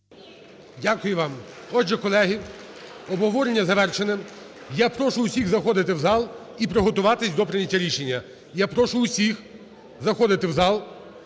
Дякую вам. Отже, колеги, обговорення завершене. Я прошу всіх заходити в зал і приготуватись до прийняття рішення. Я прошу всіх заходити в зал.